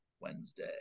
Wednesday